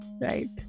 Right